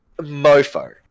mofo